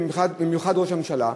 במיוחד ראש הממשלה,